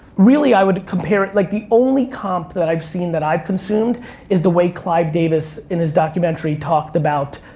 really, i would compare it, like the only comp that i've seen that i've consumed is the way clive davis, in his documentary, talked about,